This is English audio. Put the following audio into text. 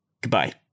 Goodbye